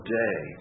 day